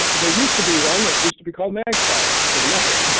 there used to be one. it used to be called macgpie.